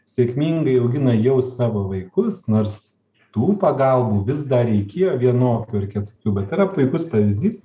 sėkmingai augina jau savo vaikus nors tų pagalbų vis dar reikėjo vienokių ar kitokių bet yra puikus pavyzdys